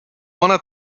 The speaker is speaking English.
wanna